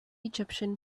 egyptian